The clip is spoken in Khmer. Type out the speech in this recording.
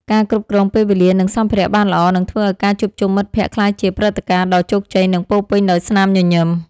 ការគ្រប់គ្រងពេលវេលា និងសម្ភារៈបានល្អ នឹងធ្វើឱ្យការជួបជុំមិត្តភក្តិក្លាយជាព្រឹត្តិការណ៍ដ៏ជោគជ័យ និងពោរពេញដោយស្នាមញញឹម។